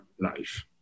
life